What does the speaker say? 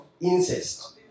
incest